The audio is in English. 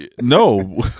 no